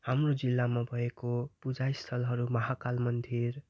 हाम्रो जिल्लामा भएको पूजा स्थलहरू महाकाल मन्दिर